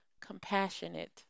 compassionate